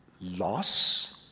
loss